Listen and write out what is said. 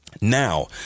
Now